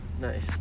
Nice